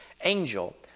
angel